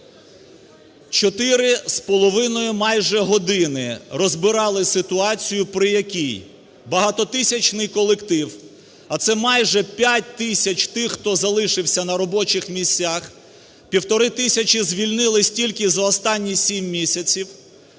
майже години розбирали ситуацію, при якій багатотисячний колектив, а це майже 5 тисяч тих, хто залишився на робочих місцях, півтори тисячі звільнились тільки за останні 7 місяців,